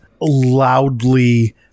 loudly